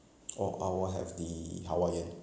oh I will have the hawaiian